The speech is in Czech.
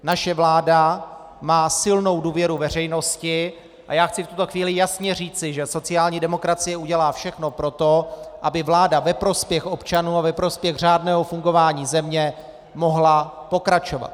Naše vláda má silnou důvěru veřejnosti a já chci v tuto chvíli jasně říci, že sociální demokracie udělá všechno pro to, aby vláda ve prospěch občanů a ve prospěch řádného fungování země mohla pokračovat.